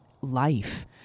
life